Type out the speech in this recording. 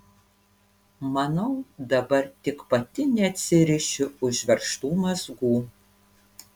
manau dabar tik pati neatsirišiu užveržtų mazgų